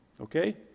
Okay